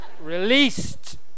released